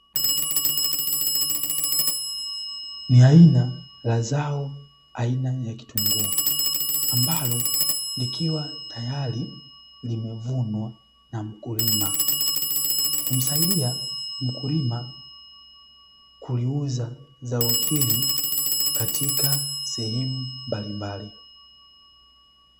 Ni aina la zao aina ya kitunguu ambalo likiwa tayari limevunwa na mkulima humsaidia mkulima kuliuza zao hili katika sehemu mbalimbali.